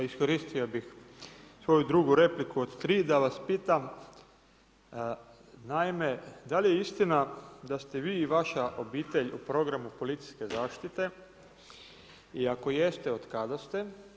Iskoristio bih svoju drugu repliku od 3 da vas pitam, naime, da li je istina da ste vi i vaša obitelj u programu policijske zaštite i ako jeste, od kada ste?